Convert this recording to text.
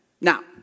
Now